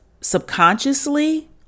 subconsciously